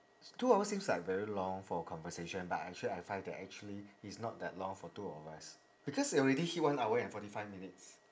two hours seems like very long for a conversation but actually I find that actually it's not that long for two of us because already hit one hour and forty five minutes